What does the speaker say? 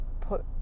put